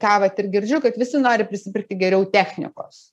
ką vat ir girdžiu kad visi nori prispirti geriau technikos